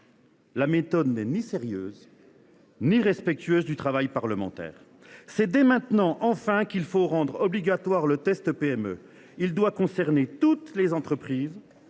La méthode n’est ni sérieuse ni respectueuse du travail parlementaire. C’est dès maintenant, enfin, qu’il faut rendre obligatoire le « test PME ». Il doit concerner toutes les entreprises,